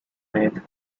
method